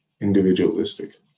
individualistic